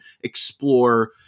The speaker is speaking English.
explore